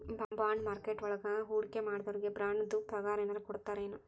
Bond marketing ವಳಗ ಹೂಡ್ಕಿಮಾಡ್ದೊರಿಗೆ ಬಾಂಡ್ರೂಪ್ದಾಗೆನರ ಕೊಡ್ತರೆನು?